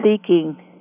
seeking